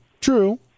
True